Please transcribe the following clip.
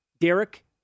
Derek